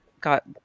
got